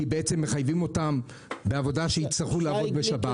כי בעצם מחייבים אותם בעבודה שיצטרכו לעבוד בשבת.